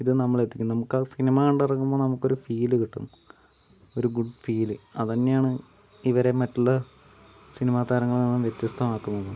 ഇത് നമ്മളെത്തിക്കും നമുക്കാ സിനിമ സിനിമകണ്ടിറങ്ങുമ്പോൾ നമുക്കൊരു ഫീല് കിട്ടും ഒരു ഗുഡ് ഫീല് അതന്നെയാണ് ഇവരെ മറ്റുള്ള സിനിമ താരങ്ങളിൽ നിന്നും വ്യത്യസ്തമാക്കുന്നത്